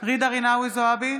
ג'ידא רינאוי זועבי,